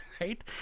Right